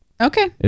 okay